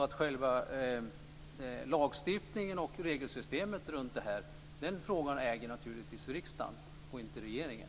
Men lagstiftningen och regelsystemet runt detta äger naturligtvis riksdagen, och inte regeringen.